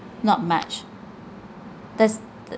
not much that's the